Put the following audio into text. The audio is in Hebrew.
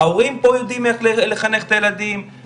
ההורים פה יודעים איך לחנך את הילדים,